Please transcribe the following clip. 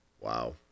wow